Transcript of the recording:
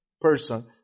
person